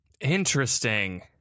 Interesting